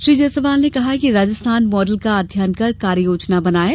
श्री जायसवाल ने कहा कि राजस्थान मॉडल का अध्ययन कर कार्य योजना बनाएँ